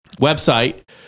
website